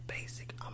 basic